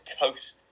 coast